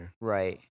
Right